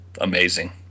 amazing